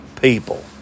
people